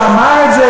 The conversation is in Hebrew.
שהוא אמר את זה,